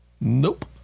Nope